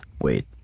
Wait